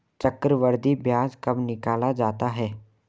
चक्रवर्धी ब्याज कब निकाला जाता है?